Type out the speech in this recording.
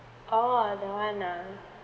oh that one ah